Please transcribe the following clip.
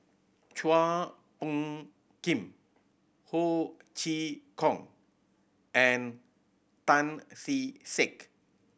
Chua Phung Kim Ho Chee Kong and Tan Kee Sek